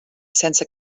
sense